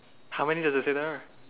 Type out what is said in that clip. how many does it say there